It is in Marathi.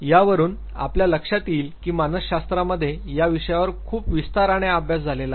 यावरून आपल्या लक्षात येईल की मानसशास्त्रामध्ये या विषयावर खूप विस्ताराने अभ्यास झालेला आहे